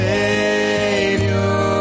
Savior